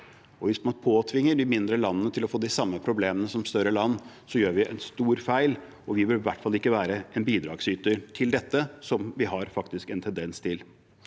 Hvis man påtvinger de mindre landene de samme problemene som større land har, gjør vi en stor feil, og vi vil i hvert fall ikke være en bidragsyter til dette, som vi faktisk har en tendens til.